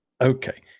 Okay